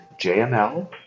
JML